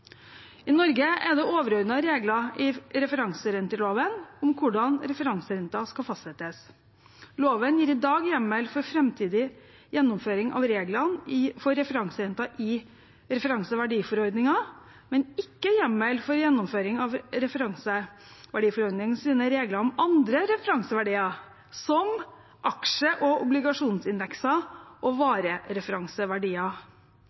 I Norge er det overordnede regler i referanserenteloven om hvordan referanserenten skal fastsettes. Loven gir i dag hjemmel for framtidig gjennomføring av reglene for referanserenten i referanseverdiforordningen, men ikke hjemmel for gjennomføring av referanseverdiforordningens regler om andre referanseverdier, som aksje- og obligasjonsindekser og